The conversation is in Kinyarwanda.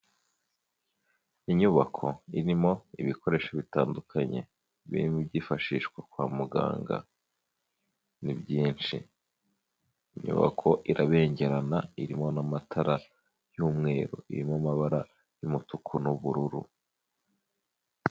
Inyubako irimo ibikoresho bitandukanye, birimo ibyifashishwa kwa muganga ni byinshi. Inyubako irabengerana irimo n'amatara y'umweru, iri mu mabara y'umutuku n'ubururu.